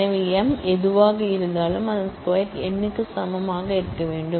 எனவே m எதுவாக இருந்தாலும் அதன் ஸ்கொயர் n க்கு சமமாக இருக்க வேண்டும்